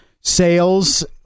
sales